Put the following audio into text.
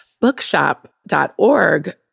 bookshop.org